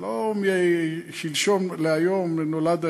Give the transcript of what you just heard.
ולא משלשום להיום נולד העניין.